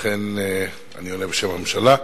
ולכן אני עולה בשם הממשלה.